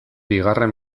bigarren